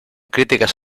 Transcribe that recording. críticas